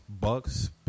Bucks